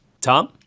Tom